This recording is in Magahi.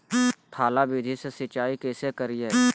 थाला विधि से सिंचाई कैसे करीये?